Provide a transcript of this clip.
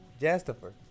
Jastifer